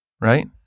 right